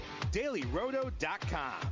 DailyRoto.com